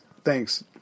Thanks